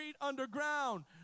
underground